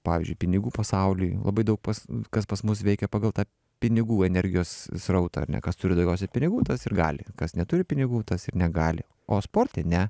pavyzdžiui pinigų pasauliui labai daug pas kas pas mus veikia pagal tą pinigų energijos srautą ar ne kas turi daugiausiai pinigų tas ir gali kas neturi pinigų tas ir negali o sporte ne